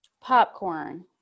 Popcorn